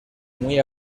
muy